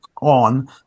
on